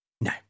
No